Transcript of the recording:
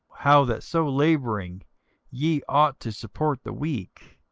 how that so labouring ye ought to support the weak,